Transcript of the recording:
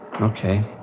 Okay